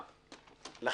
אבל